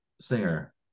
singer